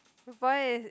the point is